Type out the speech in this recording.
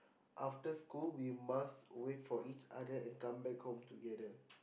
after school we must wait for each other and come back home together